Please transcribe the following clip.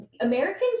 Americans